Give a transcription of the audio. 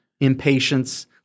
impatience